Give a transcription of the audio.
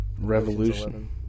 revolution